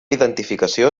identificació